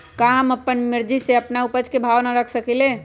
का हम अपना मर्जी से अपना उपज के भाव न रख सकींले?